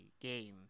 game